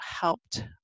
helped